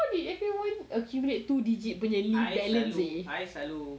how did everyone accumulate two digit punya leave balance seh